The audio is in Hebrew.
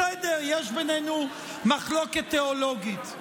בסדר, יש בינינו מחלוקת תיאולוגית.